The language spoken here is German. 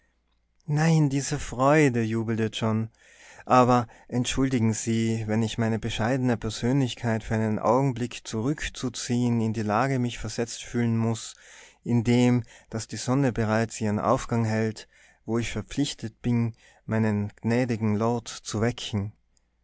nein diese freude jubelte john aber entschuldigen sie wenn ich meine bescheidene persönlichkeit für einen augenblick zurückzuziehen in die lage mich versetzt fühlen muß indem daß die sonne bereits ihren aufgang hält wo ich verpflichtet bin meinen gnädigen lord zu wecken